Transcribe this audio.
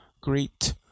great